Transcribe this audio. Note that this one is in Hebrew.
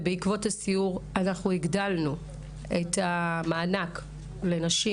ובעקבות הסיור אנחנו הגדלנו את המענק לנשים